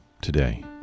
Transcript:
today